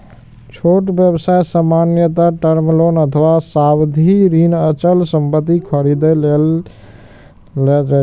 छोट व्यवसाय सामान्यतः टर्म लोन अथवा सावधि ऋण अचल संपत्ति खरीदै लेल लए छै